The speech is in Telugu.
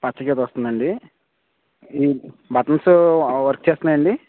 పచ్చ గీత వస్తుందా అండి ఈ బటన్స్ వర్క్ చేస్తున్నాయా అండి